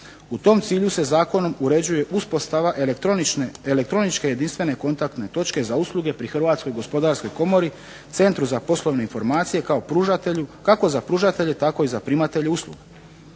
U tom cilju se zakonom uređuje uspostava elektroničke jedinstvene kontaktne točke za usluge pri Hrvatskoj gospodarskoj komori, Centru za poslovne informacije kako za pružatelje, tako i za primatelje usluga.